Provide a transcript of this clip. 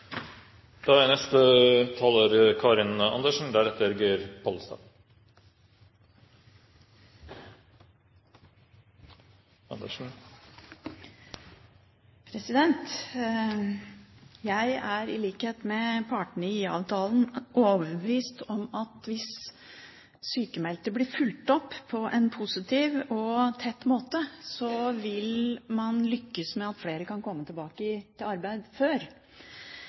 Jeg er i likhet med partene i IA-avtalen overbevist om at hvis sykmeldte blir fulgt opp på en positiv og tett måte, vil man lykkes med at flere kan komme tilbake i arbeid før.